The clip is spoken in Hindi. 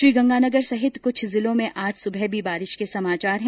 श्रीगंगानगर सहित कुछ जिलों में आज सुबह भी बारिश के समाचार हैं